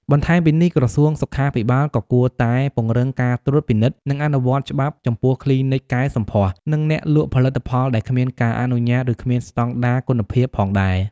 បន្ថែមពីនេះ ក្រសួងសុខាភិបាលក៏គួរតែពង្រឹងការត្រួតពិនិត្យ និងអនុវត្តច្បាប់ចំពោះគ្លីនិកកែសម្ផស្ស និងអ្នកលក់ផលិតផលដែលគ្មានការអនុញ្ញាត ឬគ្មានស្តង់ដារគុណភាពផងដេរ។